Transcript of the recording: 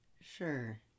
Sure